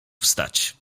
wstać